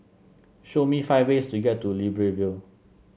show me five ways to get to Libreville